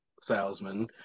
salesman